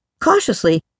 Cautiously